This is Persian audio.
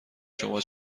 شما